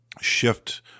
shift